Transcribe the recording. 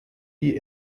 die